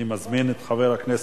אני מזמין את חבר הכנסת